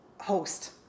host